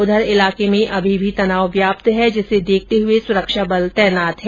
उधर इलाके में अभी भी तनाव व्याप्त है जिसे देखते हुए सुरक्षा बल तैनात है